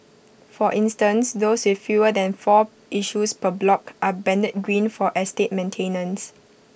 for instance those with fewer than four issues per block are banded green for estate maintenance